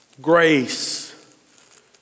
Grace